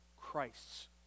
Christ's